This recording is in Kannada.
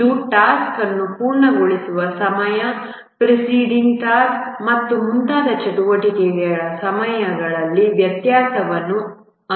ಇದು ಟಾಸ್ಕ್ ಅನ್ನು ಪೂರ್ಣಗೊಳಿಸುವ ಸಮಯ ಪ್ರಿಸಿಡಿಂಗ್ ಟಾಸ್ಕ್ ಮತ್ತು ಮುಂತಾದ ಚಟುವಟಿಕೆಯ ಸಮಯಗಳಲ್ಲಿ ವ್ಯತ್ಯಾಸವನ್ನು ಅನುಮತಿಸುತ್ತದೆ